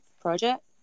project